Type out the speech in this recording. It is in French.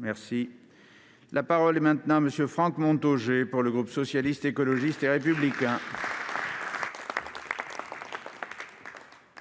jours. La parole est à M. Franck Montaugé, pour le groupe Socialiste, Écologiste et Républicain.